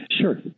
Sure